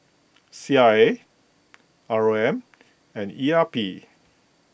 C R A R O M and E R P